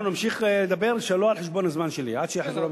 אנחנו נמשיך לדבר שלא על חשבון הזמן שלי,